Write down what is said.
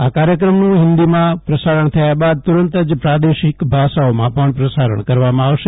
આ કાર્યક્રમનું હિન્દીમાં પ્રસારણ થયા બાદ તુરંત જ પ્રાદેશિક ભાષાઓમાં પણ પ્રસારણ કરવામાં આવશે